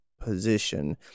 position